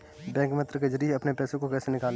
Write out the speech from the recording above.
Bank मित्र के जरिए अपने पैसे को कैसे निकालें?